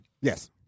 Yes